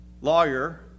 lawyer